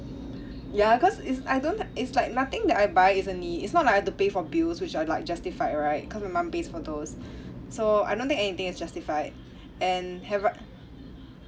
ya cause is I don't it's like nothing that I buy is a need it's not like I've to pay for bills which are like justified right cause my mum pays for those so I don't think anything is justified and